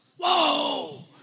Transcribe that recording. whoa